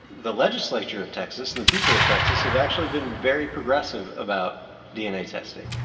the legislature of texas and the people of texas have actually been very progressive about dna testing.